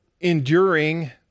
enduring